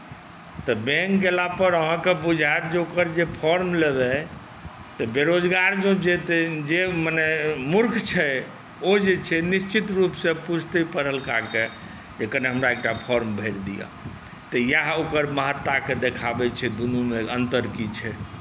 तऽ बैंक गेलापर अहाँकेँ बुझायत जे ओकर जे अहाँ फॉर्म लेबै तऽ बेरोजगार जँ जेतै जे मने मूर्ख छै ओ जे छै निश्चित रूपसँ पुछतै पढ़लकाकेँ कि कनेक हमरा एकटा फॉर्म भरि दिअ तऽ इएह ओकर महत्ताकेँ देखाबैत छै दुनूमे अन्तर की छै